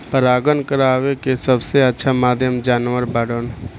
परागण करावेके सबसे अच्छा माध्यम जानवर बाड़न